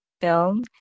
film